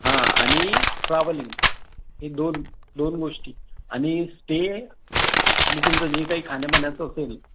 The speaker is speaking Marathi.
हां आणि ट्रॅवलिंग हे दोन दोन गोष्टी आणि स्टे आणि तुमचं जे काही खाण्या पिण्याचं असेल